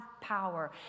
power